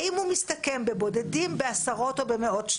האם זה מסתכם בבודדים, בעשרות או במאות?